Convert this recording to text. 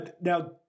Now